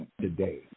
today